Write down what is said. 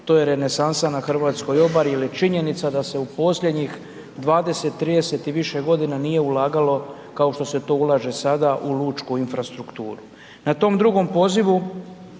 to je renesansa na hrvatskoj obali jer je činjenica da se u posljednjih 20, 30 i više godina nije ulagalo kao što se to ulaže sada u lučku infrastrukturu.